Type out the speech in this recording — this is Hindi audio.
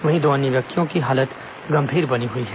वहीं दो अन्य व्यक्तियों की हालत गंभीर बनी हुई है